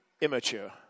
immature